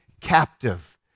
captive